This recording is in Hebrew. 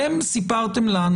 אתם סיפרתם לנו